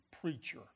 preacher